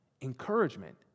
encouragement